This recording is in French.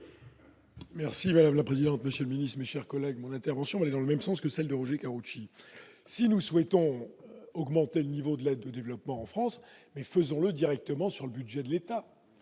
Merci madame la présidente, monsieur mini-semi-chers collègues mon intervention dans le même sens que celle de Roger Karoutchi, si nous souhaitons augmenter le niveau de la de développement en France, mais faisons-le directement sur le budget de l'État,